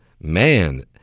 man